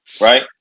right